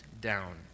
down